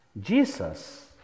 Jesus